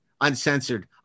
uncensored